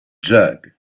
jug